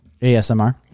ASMR